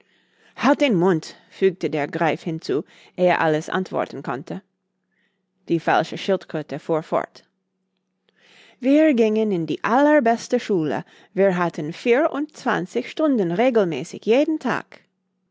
halt den mund fügte der greif hinzu ehe alice antworten konnte die falsche schildkröte fuhr fort wir gingen in die allerbeste schule wir hatten vier und zwanzig stunden regelmäßig jeden tag